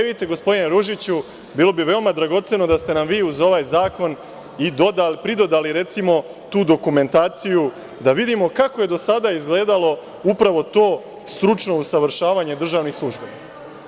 Vidite, gospodine Ružiću, bilo bi veoma dragoceno da ste nam vi, uz ovaj zakon, pridodali, recimo, tu dokumentaciju da vidimo kako je do sada izgledalo upravo to stručno usavršavanje državnih službenika.